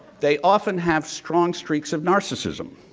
they often have strong streaks of narcissism.